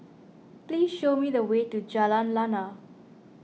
please show me the way to Jalan Lana